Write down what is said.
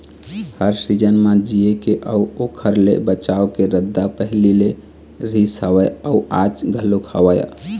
हर season म जीए के अउ ओखर ले बचाव के रद्दा पहिली ले रिहिस हवय अउ आज घलोक हवय